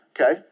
Okay